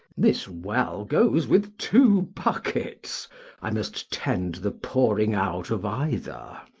this well goes with two buckets i must tend the pouring out of either.